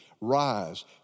Rise